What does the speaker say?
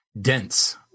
dense